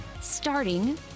starting